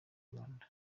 rwanda